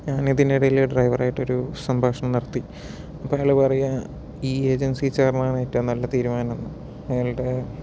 ഞാൻ ഇതിനിടയിൽ ഡ്രൈവറുമായി ഒരു സംഭാഷണം നടത്തി അപ്പോൾ അയാൾ പറയുകയാ ഈ ഏജൻസി ചേർന്നതാണ് ഏറ്റവും നല്ല തീരുമാനം എന്ന് അയാളുടെ